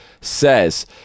says